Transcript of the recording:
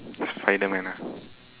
spider man ah